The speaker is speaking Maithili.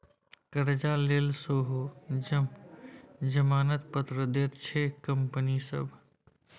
करजा लेल सेहो जमानत पत्र दैत छै कंपनी सभ